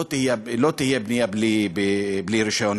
לא תהיה בנייה בלי רישיון.